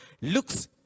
looks